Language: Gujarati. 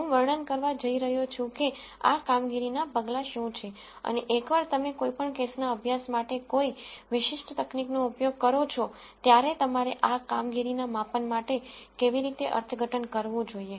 હું વર્ણન કરવા જઇ રહ્યો છું કે આ કામગીરીનાં પગલાં શું છે અને એકવાર તમે કોઈ પણ કેસના અભ્યાસ માટે કોઈ વિશિષ્ટ તકનીકનો ઉપયોગ કરો છો ત્યારે તમારે આ કામગીરી ના માપન કેવી રીતે અર્થઘટન કરવું જોઈએ